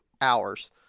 hours